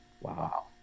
Wow